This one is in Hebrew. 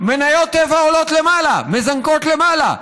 מניות טבע מזנקות למעלה.